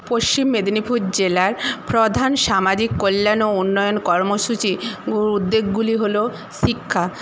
পশ্চিম মেদিনীপুর জেলার প্রধান সামাজিক কল্যাণ ও উন্নয়ন কর্মসূচি উদ্যোগগুলি হল শিক্ষা